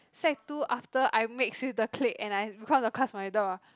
sec two after I mix with the clique and I because the class monitor ah